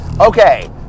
okay